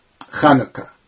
Hanukkah